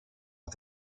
off